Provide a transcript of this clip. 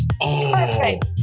Perfect